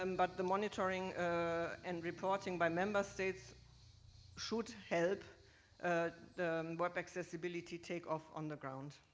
um but the monitoring ah and reporting by member states should help ah the web accessibility take off on the ground.